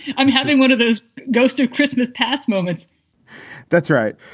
i'm having one of those ghost of christmas past moments that's right.